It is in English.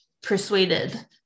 persuaded